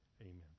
Amen